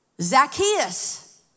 Zacchaeus